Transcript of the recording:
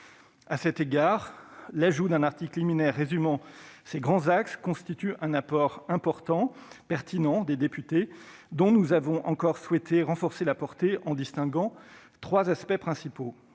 À cet égard, l'ajout d'un article liminaire résumant ses grands axes constitue un apport pertinent des députés, dont nous avons souhaité renforcer encore la portée, en distinguant trois aspects principaux